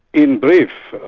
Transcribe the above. in brief,